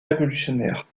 révolutionnaire